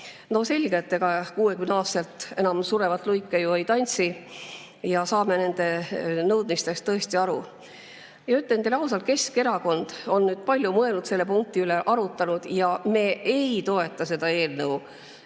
No selge, et ega 60‑aastaselt enam "Surevat luike" ju ei tantsi. Me saame nende nõudmistest tõesti aru. Ütlen teile ausalt, Keskerakond on palju mõelnud selle punkti üle ja seda arutanud. Me ei toeta seda eelnõu.